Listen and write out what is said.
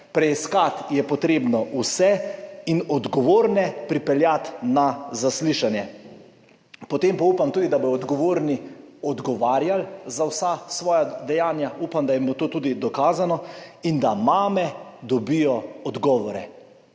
preiskati in odgovorne pripeljati na zaslišanje, potem pa tudi upam, da bodo odgovorni odgovarjali za vsa svoja dejanja, upam, da jim bo to tudi dokazano in da mame dobijo odgovore,